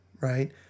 right